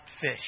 fish